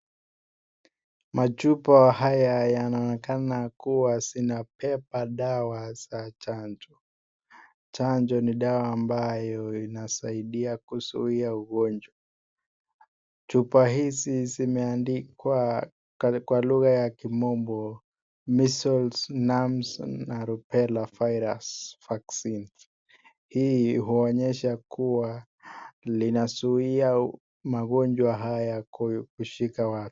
Machupa haya yabamnaonekana kuwa yameba madawa za chanjo, chanjo ni dawa ambayo inasaidia kupunguza magonjwa, chupa hizi zimeadikwa kwa lugha ya kimombo, miscels, mumps na rubela virus vaccine hii inaonyesha kuwa inazuia magonjwa haya kushika watu.